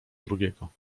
drugiego